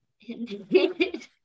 indeed